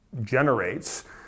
generates